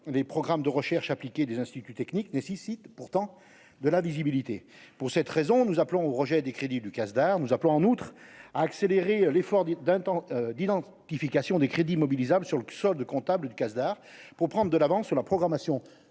les programmes de recherche appliquée des instituts techniques nécessitent pourtant de la visibilité, pour cette raison, nous appelons au rejet des crédits du CASDAR nous appelant en outre à accélérer l'effort d'un temps d'identification des crédits mobilisables sur le sol de comptable du CASDAR pour prendre de l'avance sur la programmation 2022